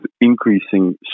increasing